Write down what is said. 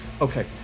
Okay